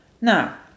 Now